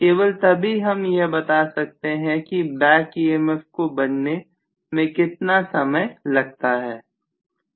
केवल तभी हम यह बता सकते हैं कि बैक emf को बनने में कितना समय लगता है